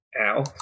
Ow